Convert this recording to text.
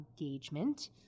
engagement